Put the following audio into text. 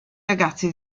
ragazzi